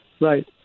Right